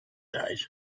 days